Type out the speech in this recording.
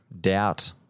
doubt